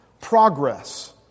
progress